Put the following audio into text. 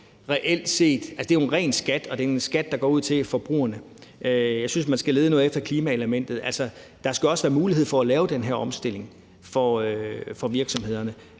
jo er en ren skat, og det er en skat, der går ud til forbrugerne. Jeg synes, man skal lede noget efter klimaelementet. Altså, der skal også være mulighed for at lave den her omstilling for virksomhederne.